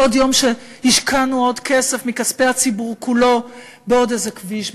עוד יום שהשקענו עוד כסף מכספי הציבור כולו בעוד איזה כביש,